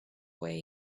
way